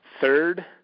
third